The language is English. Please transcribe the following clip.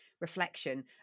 reflection